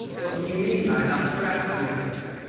what do you mean by that threat? he asked.